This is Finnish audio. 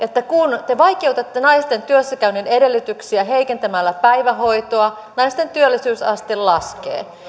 että kun te vaikeutatte naisten työssäkäynnin edellytyksiä heikentämällä päivähoitoa naisten työllisyysaste laskee